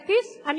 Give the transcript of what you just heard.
אוקיי, מאה אחוז.